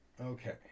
Okay